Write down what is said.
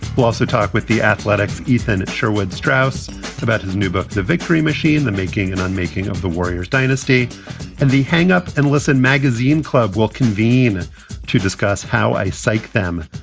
we'll also talk with the athletics ethan sherwood strauss about his new book, the victory machine the making and unmaking of the warriors dynasty and the hang up and listen. magazine club will convene to discuss how a psych them.